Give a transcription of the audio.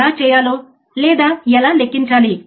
ఇది output voltage యొక్క గరిష్ట మార్పు